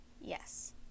Yes